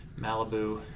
Malibu